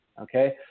Okay